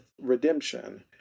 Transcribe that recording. redemption